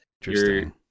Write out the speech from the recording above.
interesting